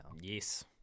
Yes